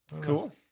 Cool